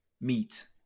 Meet